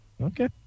Okay